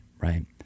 right